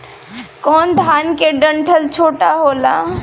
कौन धान के डंठल छोटा होला?